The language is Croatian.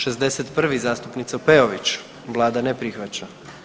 61. zastupnica Peović, vlada ne prihvaća.